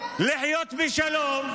לחיות בשלום.